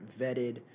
vetted